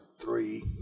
three